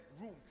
room